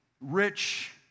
Rich